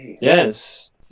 Yes